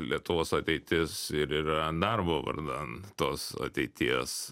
lietuvos ateitis ir yra darbo vardan tos ateities